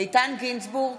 איתן גינזבורג,